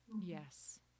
Yes